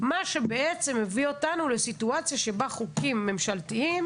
מה שבעצם הביא אותנו לסיטואציה שבה חוקים ממשלתיים